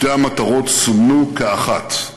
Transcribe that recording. שתי המטרות סומנו כאחת.